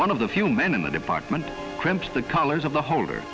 one of the few men in the department cramped the colors of the holder